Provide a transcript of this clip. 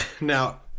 Now